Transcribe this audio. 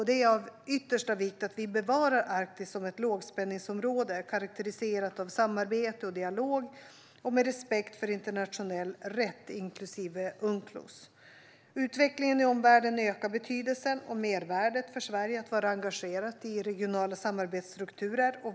Det är av yttersta vikt att vi bevarar Arktis som ett lågspänningsområde karakteriserat av samarbete och dialog och med respekt för internationell rätt, inklusive Unclos. Utvecklingen i omvärlden ökar betydelsen och mervärdet för Sverige av att vara engagerat i regionala samarbetsstrukturer.